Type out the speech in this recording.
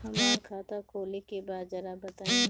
हमरा खाता खोले के बा जरा बताई